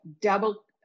double